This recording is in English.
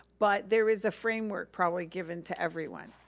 but there is a framework probably given to everyone.